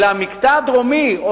אלא המקטע הדרומי,